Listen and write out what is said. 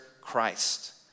Christ